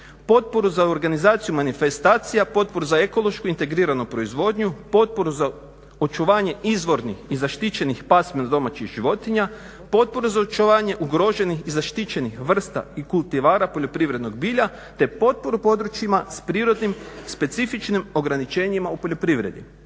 potporu za organizaciju manifestacija, potporu za ekološku integriranu proizvodnju, potporu za očuvanje izvornih i zaštićenih pasmina domaćih životinja, potporu za očuvanje ugroženih i zaštićenih vrsta i … poljoprivrednog bilja te potporu područjima s prirodnim specifičnim ograničenjima u poljoprivredi.